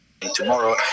tomorrow